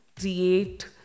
create